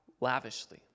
lavishly